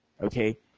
okay